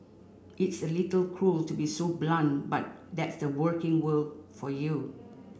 it's a little cruel to be so blunt but that's the working world for you